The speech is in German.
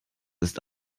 ist